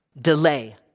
Delay